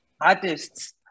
artists